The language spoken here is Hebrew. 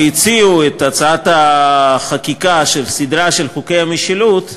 והציעו את הצעת החקיקה של סדרה של חוקי המשילות,